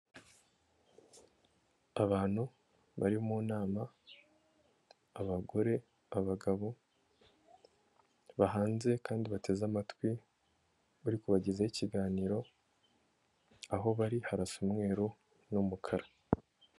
Abantu bari mu nama, abagore, abagabo, bahanze kandi bateze amatwi, bari kubagezaho ikiganiro, aho bari harasa umweru n'umukara.